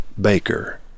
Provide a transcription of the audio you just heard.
Baker